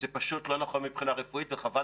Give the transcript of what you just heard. זה פשוט לא נכון מבחינה רפואית וחבל